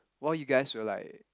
while you guys will like